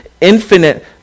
infinite